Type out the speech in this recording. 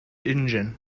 engine